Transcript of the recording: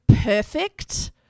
perfect